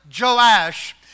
Joash